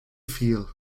feel